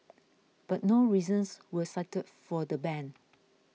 but no reasons were cited for the ban